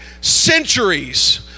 centuries